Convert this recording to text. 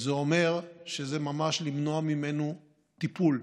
זה אומר שזה ממש למנוע ממנו טיפול,